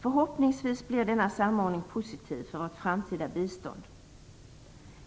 Förhoppningsvis blir denna samordning positiv för vårt framtida bistånd.